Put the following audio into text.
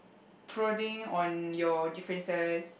prodding on your differences